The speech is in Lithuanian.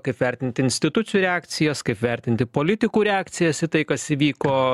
kaip vertinti institucijų reakcijas kaip vertinti politikų reakcijas į tai kas įvyko